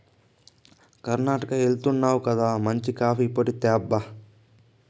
కర్ణాటకెళ్తున్నావు గదా మంచి కాఫీ పొడి తేబ్బా